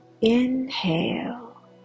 Inhale